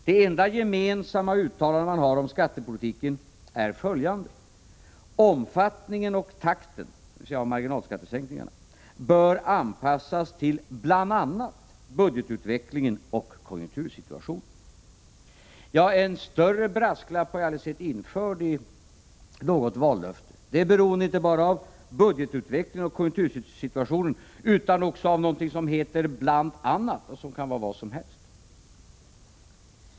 Det enda gemensamma uttalande man gör om skattepolitiken är följande: ”Omfattningen och takten” — dvs. av marginalskattesänkningen — ”bör anpassas till bl.a. budgetutvecklingen och konjunktursituationen.” — En större brasklapp har jag aldrig sett införd i något vallöfte. Sänkningarna är således beroende inte bara av budgetutvecklingen och konjunktursituationen utan också av någonting som heter ”bl.a.” och som kan vara vad som helst!